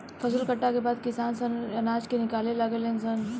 फसल कटला के बाद किसान सन अनाज के निकाले लागे ले सन